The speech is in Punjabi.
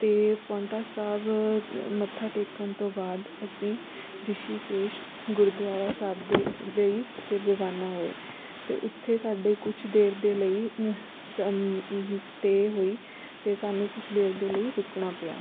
ਅਤੇ ਪਾਉਂਟਾ ਸਾਹਿਬ ਮੱਥਾ ਟੇਕਣ ਤੋਂ ਬਾਅਦ ਅਸੀਂ ਰਿਸ਼ੀਕੇਸ਼ ਗੁਰਦੁਆਰਾ ਸਾਹਿਬ ਦੇ ਲਈ ਫਿਰ ਰਵਾਨਾ ਹੋਏ ਅਤੇ ਉੱਥੇ ਸਾਡੇ ਕੁਝ ਦੇਰ ਦੇ ਲਈ ਸਮ ਹੂੰ ਹੂੰ ਸਟੇਅ ਹੋਈ ਅਤੇ ਸਾਨੂੰ ਕੁਝ ਦੇਰ ਦੇ ਲਈ ਰੁਕਣਾ ਪਿਆ